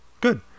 good